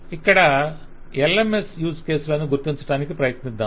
ఇక్కడ LMS use కేసులను గుర్తించడానికి ప్రయత్నిద్దాం